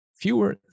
Fewer